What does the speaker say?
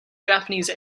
japanese